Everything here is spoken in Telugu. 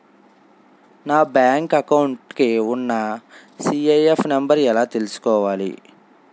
నా బ్యాంక్ అకౌంట్ కి ఉన్న సి.ఐ.ఎఫ్ నంబర్ ఎలా చూసుకోవాలి?